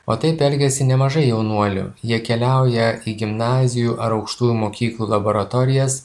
o taip elgiasi nemažai jaunuolių jie keliauja į gimnazijų ar aukštųjų mokyklų laboratorijas